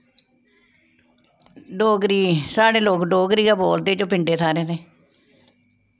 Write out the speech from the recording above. डोगरी साढ़े लोग डोगरी गै बोलदे जो पिंडे थाह्रे दे